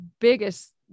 biggest